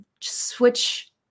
switch